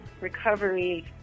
recovery